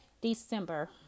December